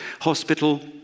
Hospital